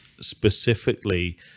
specifically